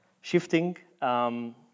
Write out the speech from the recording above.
shifting